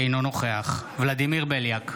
אינו נוכח ולדימיר בליאק,